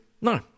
no